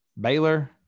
Baylor